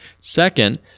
Second